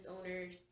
owners